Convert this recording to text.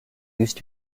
used